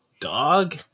dog